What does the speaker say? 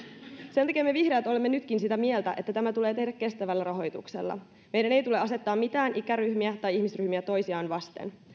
sen takia me vihreät olemme nytkin sitä mieltä että tämä tulee tehdä kestävällä rahoituksella meidän ei tule asettaa mitään ikäryhmiä tai ihmisryhmiä toisiaan vastaan